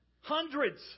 Hundreds